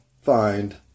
find